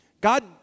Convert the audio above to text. God